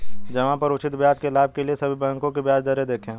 जमा पर उचित ब्याज लाभ के लिए सभी बैंकों की ब्याज दरें देखें